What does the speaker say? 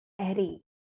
eddie